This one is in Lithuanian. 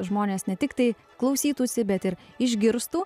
žmonės ne tik tai klausytųsi bet ir išgirstų